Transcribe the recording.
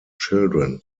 children